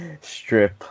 strip